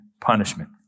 punishment